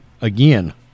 again